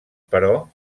però